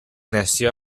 nació